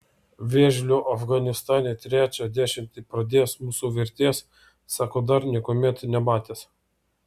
vėžlio afganistane trečią dešimtį pradėjęs mūsų vertėjas sako dar niekuomet nematęs